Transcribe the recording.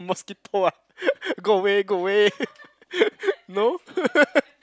mosquito ah go away go away no